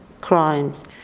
crimes